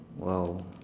!wow!